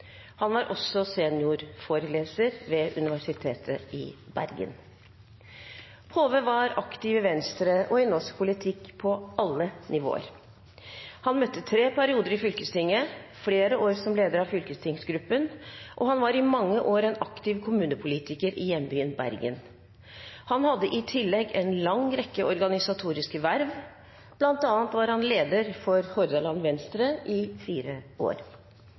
Han var også seniorforeleser ved Universitetet i Bergen. Hove var aktiv i Venstre og i norsk politikk på alle nivåer. Han møtte tre perioder i fylkestinget, flere år som leder av fylkestingsgruppen, og han var i mange år en aktiv kommunepolitiker i hjembyen Bergen. Han hadde i tillegg en lang rekke organisatoriske verv, bl.a. var han leder for Hordaland Venstre i fire år.